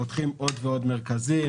פותחים עוד ועוד מרכזים,